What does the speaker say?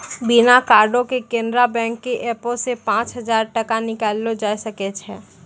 बिना कार्डो के केनरा बैंक के एपो से पांच हजार टका निकाललो जाय सकै छै